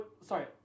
Sorry